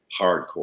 Hardcore